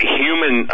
human